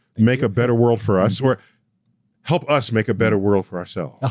and make a better world for us, or help us make a better world for ourselves.